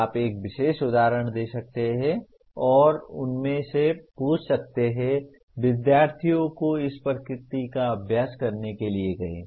आप एक विशेष उदाहरण दे सकते हैं और उनसे पूछ सकते हैं विद्यार्थियों को इस प्रकृति का अभ्यास करने के लिए कहें